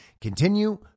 continue